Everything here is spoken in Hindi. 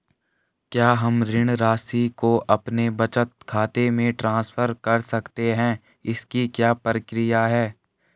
क्या हम ऋण राशि को अपने बचत खाते में ट्रांसफर कर सकते हैं इसकी क्या प्रक्रिया है?